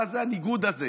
מה זה הניגוד הזה?